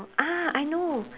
ah I know